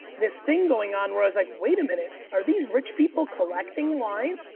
this thing going on where i was like, wait a minute, are these rich people collecting wine?